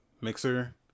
Mixer